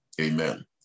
amen